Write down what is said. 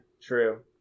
True